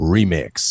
Remix